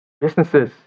businesses